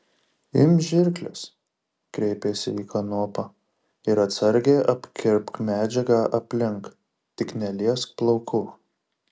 imk žirkles kreipėsi į kanopą ir atsargiai apkirpk medžiagą aplink tik neliesk plaukų